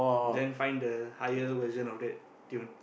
then find the higher version of that tune